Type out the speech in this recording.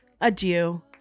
adieu